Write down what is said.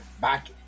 back